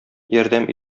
ярдәм